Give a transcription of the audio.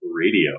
Radio